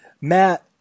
Matt